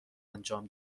انجام